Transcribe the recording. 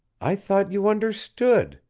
i thought you understood.